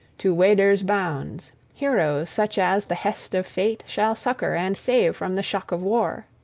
to weders' bounds, heroes such as the hest of fate shall succor and save from the shock of war.